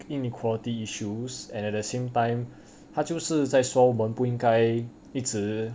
inequality issues and at the same time 他就是再说我们不应该一直